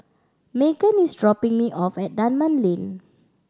Maegan is dropping me off at Dunman Lane